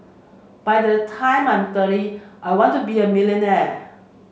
by the time I'm thirty I want to be a millionaire